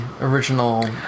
original